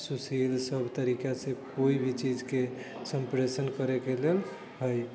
सुशील सब तरीकासँ कोइ भी चीजके सम्प्रेषण करैके लेल हइ